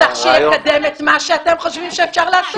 שיקדם את מה שאתם חושבים שאפשר לעשות.